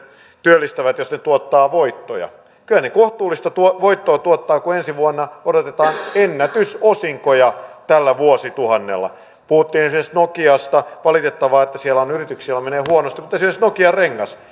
työllistävät jos ne tuottavat voittoja kyllä ne kohtuullista voittoa tuottavat kun ensi vuonna odotetaan ennätysosinkoja tällä vuosituhannella puhuttiin siis nokiasta on valitettavaa että siellä on yrityksiä joilla menee huonosti mutta esimerkiksi nokian renkaat